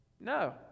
No